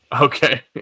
Okay